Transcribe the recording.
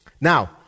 Now